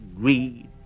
greed